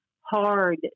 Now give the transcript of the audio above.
hard